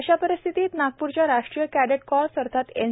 अशा परिस्थितीत नागपूरच्या राष्ट्रीय का्डेट कोर्प्स अर्थात एन